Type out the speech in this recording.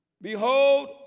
behold